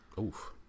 oof